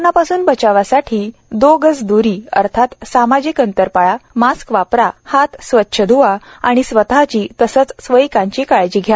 कोरोंनापासून बचवासाठी दो गज दूरी अर्थात सामाजिक अंतर पाळा मास्क वापरा हात स्वच्छ ध्वा आणि स्वतःची तसेच स्वकीयांची काळजी घ्या